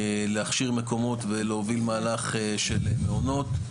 להכשיר מקומות ולהוביל מהלך של מעונות.